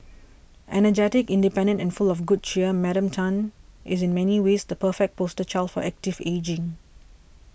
energetic independent and full of good cheer Madam Tan is in many ways the perfect poster child for active ageing